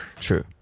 True